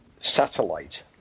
satellite